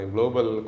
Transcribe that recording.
Global